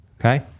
okay